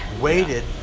waited